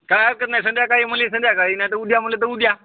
काय हरकत नाही संध्याकाळी मला संध्याकाळी नाही तर उद्या मला तर उद्या